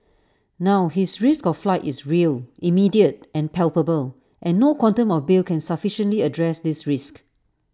now his risk of flight is real immediate and palpable and no quantum of bail can sufficiently address this risk